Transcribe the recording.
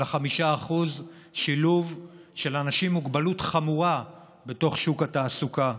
של 5% שילוב של אנשים עם מוגבלות חמורה בתוך שוק התעסוקה: